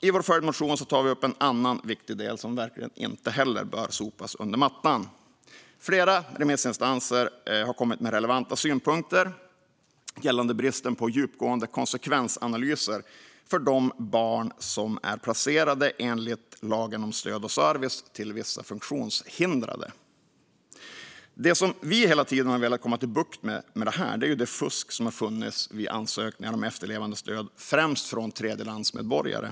I vår följdmotion tar vi upp en annan viktig del som verkligen inte heller bör sopas under mattan. Flera remissinstanser har kommit med relevanta synpunkter gällande bristen på djupgående konsekvensanalyser för de barn som är placerade enligt lagen om stöd och service till vissa funktionshindrade. Det som vi hela tiden har velat få bukt med är det fusk som har funnits vid ansökningar om efterlevandestöd, främst från tredjelandsmedborgare.